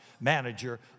manager